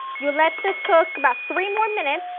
you let this cook about three more minutes.